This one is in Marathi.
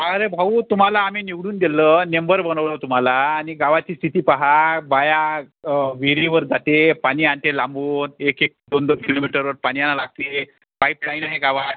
अरे भाऊ तुम्हाला आम्ही निवडून दिलं नेंबर बनवलं तुम्हाला आणि गावाची स्थिती पहा बाया विहिरीवर जाते पाणी आणते लांबून एक एक दोन दोन किलोमीटरवर पाणी आणा लागते पाईपलाईन आहे गावात